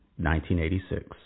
1986